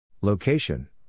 Location